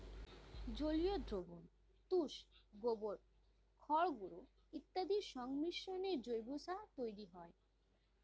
জলীয় দ্রবণ, তুষ, গোবর, খড়গুঁড়ো ইত্যাদির সংমিশ্রণে জৈব সার তৈরি করা হয়